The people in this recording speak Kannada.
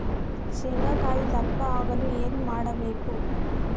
ಶೇಂಗಾಕಾಯಿ ದಪ್ಪ ಆಗಲು ಏನು ಮಾಡಬೇಕು?